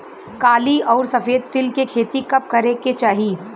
काली अउर सफेद तिल के खेती कब करे के चाही?